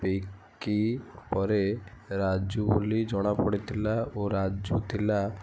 ଭିକି ପରେ ରାଜୁ ବୋଲି ଜଣାପଡ଼ିଥିଲା ଓ ରାଜୁ ଥିଲା